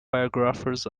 biographers